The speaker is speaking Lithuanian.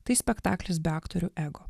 tai spektaklis be aktorių ego